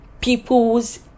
people's